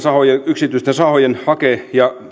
yksityisten sahojen hake ja